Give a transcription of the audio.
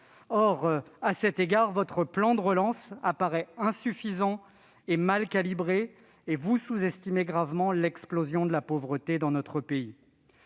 À cet égard, votre plan de relance apparaît insuffisant et mal calibré, et vous sous-estimez gravement l'explosion de la pauvreté dans notre pays.